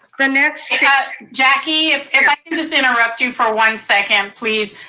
the next jackie, if if i can just interrupt you for one second please.